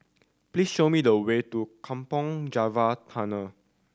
please show me the way to Kampong Java Tunnel